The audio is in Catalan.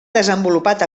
desenvolupat